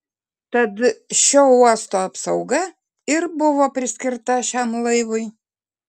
tad šio uosto apsauga ir buvo priskirta šiam laivui